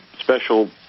special